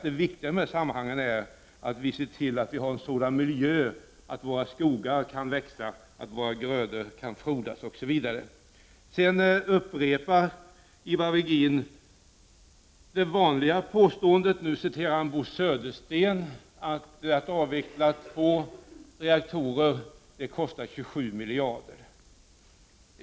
Det viktiga i det här sammanhanget är att vi ser till att vi har en sådan miljö att våra skogar kan växa, att våra grödor kan frodas osv. Ivar Virgin upprepade också det vanliga påståendet —i detta fall hänvisade han till Bo Södersten — att en avveckling av två reaktorer skulle kosta 27 miljarder.